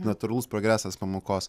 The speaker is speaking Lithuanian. natūralus progresas pamokos